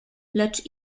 lecz